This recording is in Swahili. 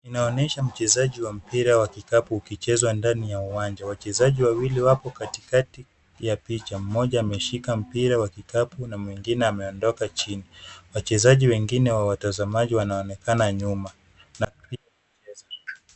Inaonyesha mchezaji wa mpira wa kikapu ukichezwa ndani ya uwanja. Wachezaji wawili wapo katikati ya picha. Mmoja ameshika mpira wa kikapu na mwingine ameondoka chini. Wachezaji wengine wa watazamaji wanaonekana nyuma.